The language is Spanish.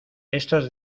estos